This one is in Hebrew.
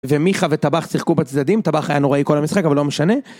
ומיכה וטבח שיחקו בצדדים, טבח היה נוראי כל המשחק אבל לא משנה.